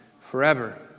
forever